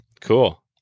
cool